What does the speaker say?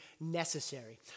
necessary